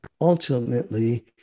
Ultimately